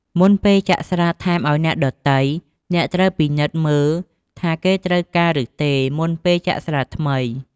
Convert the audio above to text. មុនពេលចាក់ស្រាថែមអោយអ្នកដ៏ទៃ អ្នកត្រូវពិនិត្យមើលថាគេត្រូវការឬទេ មុនពេលចាក់ស្រាថ្មី។